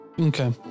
okay